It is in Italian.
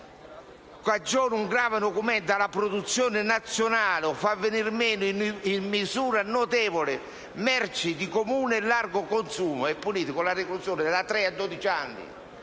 cagiona un grave nocumento alla produzione nazionale o fa venir meno in misura notevole merci di comune o largo consumo è punito con la reclusione da tre a